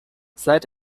seit